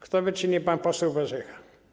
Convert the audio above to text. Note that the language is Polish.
Kto wie, czy nie pan poseł Warzecha.